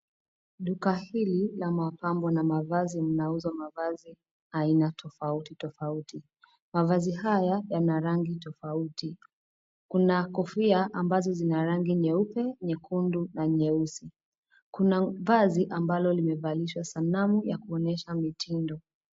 Duka hili la mapambo na mavazi mnauzwa mavazi aina tofautitofauti, mavazi haya yana rangi tofauti. Kuna kofia ambazo zina rangi nyeupe, nyekundu na nyeusi. Kuna vazi ambalo limevalishwa sanamu ya kuonyesha mitindo.